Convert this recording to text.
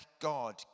God